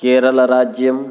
केरलराज्यम्